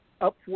up